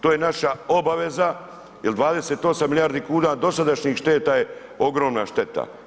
To je naša obaveza jer 28 milijardi kuna dosadašnjih šteta je ogromna šteta.